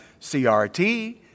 CRT